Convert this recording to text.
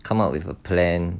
come up with a plan